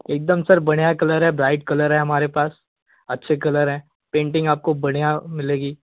एकदम सर बढ़िया कलर है ब्राइट कलर है हमारे पास अच्छे कलर हैं पेंटिंग आपको बढ़िया मिलेगी